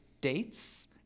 dates